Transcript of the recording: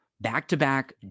back-to-back